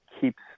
keeps